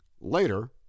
Later